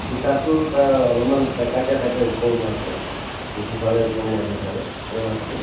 ফিচাটো তাৰ অলপমান বেঁকাকৈ থাকে ওপৰমুৱাকৈ পিঠি ফালে ওপৰমুৱাকৈ থাকে সেই মাছটো